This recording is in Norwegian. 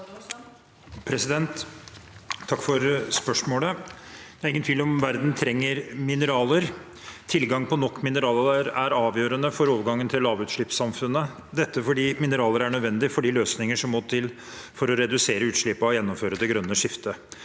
Takk for spørs- målet. Det er ingen tvil om at verden trenger mineraler. Tilgang på nok mineraler er avgjørende for overgangen til lavutslippssamfunnet – dette fordi mineraler er nødvendig for de løsninger som må til for å redusere utslippene og gjennomføre det grønne skiftet.